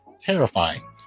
terrifying